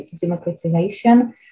democratization